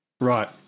Right